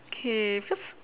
okay cause